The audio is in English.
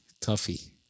Tuffy